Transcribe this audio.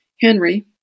Henry